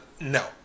no